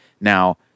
Now